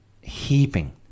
heaping